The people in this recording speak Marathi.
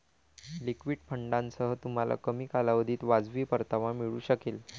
लिक्विड फंडांसह, तुम्हाला कमी कालावधीत वाजवी परतावा मिळू शकेल